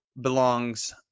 belongs